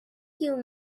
you